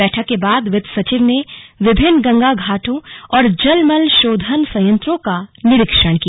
बैठक के बाद वित्त सचिव ने विभिन्न गंगा घाटों और जल मल शोधन संयंत्रों का निरीक्षण किया